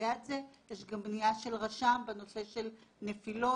ליד זה יש גם מניעה של רשם בנושא של נפילות,